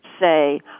say